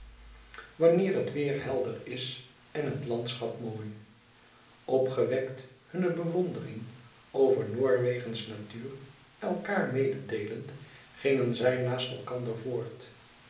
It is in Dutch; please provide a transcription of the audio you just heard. wanneer het weêr helder is en het landschap mooi opgewekt hunne bewondering over noorwegens natuur elkaar mededeelend gingen zij naast elkander voort